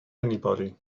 anybody